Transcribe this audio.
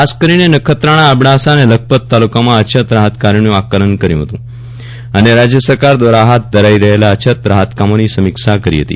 ખાસ કરીને નખત્રાણા અબડાસા અને લખપત તાલુકામાં અછત રાહત કાર્યોનું આકલન કર્યું હતું અને રાજય સરકાર દ્વારા હાથ ધરાઇ રહેલા અછત રાહતના કામોની સમીક્ષા કરી હતી